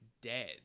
dead